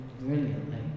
brilliantly